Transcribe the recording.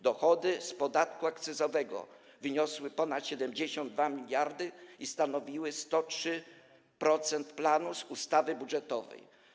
Dochody z podatku akcyzowego wyniosły ponad 72 mld i stanowiły 103% planu z ustawy budżetowej.